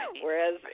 Whereas